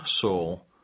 soul